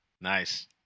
Nice